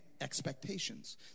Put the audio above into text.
expectations